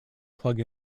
plug